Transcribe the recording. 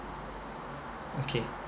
okay